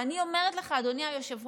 ואני אומרת לך, אדוני היושב-ראש,